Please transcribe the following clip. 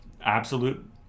absolute